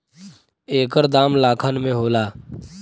एकर दाम लाखन में होला